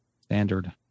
standard